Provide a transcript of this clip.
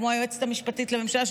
כמו היועצת המשפטית לממשלה,